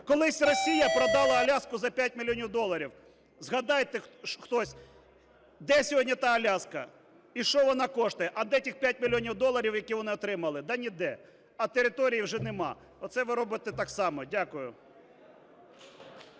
Колись Росія продала Аляску за 5 мільйонів доларів. Згадайте хтось, де сьогодні та Аляска і що вона коштує, а де ті 5 мільйонів доларів, які вони отримали. Да ніде. А території вже нема. Оце ви робите так само. Дякую.